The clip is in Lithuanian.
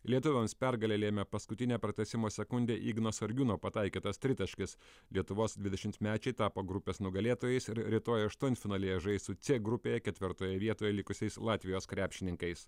lietuviams pergalę lėmė paskutinę pratęsimo sekundę igno sargiūno pataikytas tritaškis lietuvos dvidešimtmečiai tapo grupės nugalėtojais ir rytoj aštuntfinalyje žais su cė grupėje ketvirtoje vietoje likusiais latvijos krepšininkais